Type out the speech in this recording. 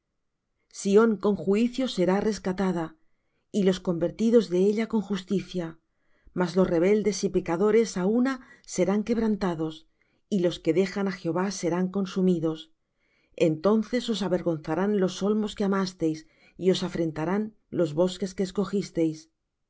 sión con juicio será rescatada y los convertidos de ella con justicia mas los rebeldes y pecadores á una serán quebrantados y los que dejan á jehová serán consumidos entonces os avergonzarán los olmos que amasteis y os afrentarán los bosques que escogisteis